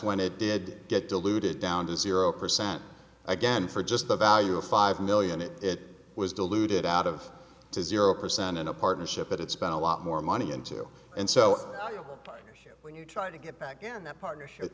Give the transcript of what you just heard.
when it did get diluted down to zero percent again for just the value of five million it it was deluded out of to zero percent in a partnership it's been a lot more money into and so when you try to get back in that partnership